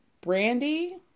Brandy